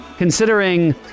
Considering